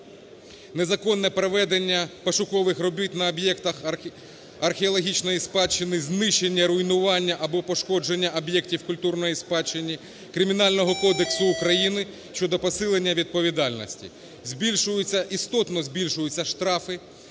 "Незаконне проведення пошукових робіт на об'єктах археологічної спадщини, знищення, руйнування або пошкодження об'єктів культурної спадщини" Кримінального кодексу України щодо посилення відповідальності. Збільшуються, істотно збільшуються штрафи,